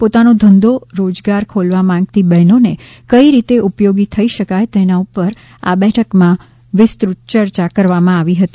પોતાનો ધંધો રોજગાર ખોલવા માંગતી બહેનોને કઈ રીતે ઉપયોગી થઈ શકાય તેના ઉપર આ બેઠકમાં વિસ્તૃત ચર્ચા કરવામાં આવી હતી